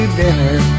dinner